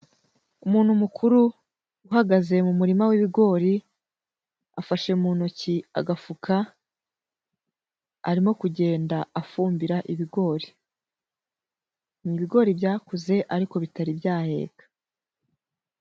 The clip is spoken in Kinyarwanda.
Umuntu mukuru uhagaze mu murima w'ibigori, afashe mu ntoki agafuka arimo kugenda afumbira ibigori, ibigori byakuze ariko bitari byaheka.